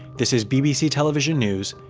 this is bbc television news.